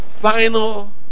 final